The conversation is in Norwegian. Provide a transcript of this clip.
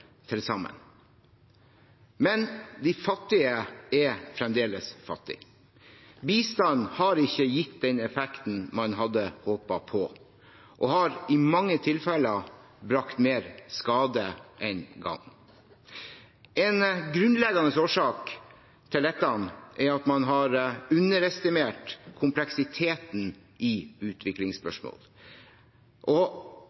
til sammen. Men de fattige er fremdeles fattige. Bistand har ikke gitt den effekten man hadde håpet på, og har i mange tilfeller brakt mer skade enn gagn. En grunnleggende årsak til dette er at man har underestimert kompleksiteten i utviklingsspørsmål og